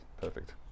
Perfect